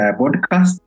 podcast